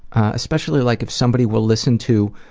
especially like if somebody will listen to,